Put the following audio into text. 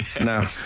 No